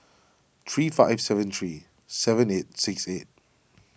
three five seven three seven eight six eight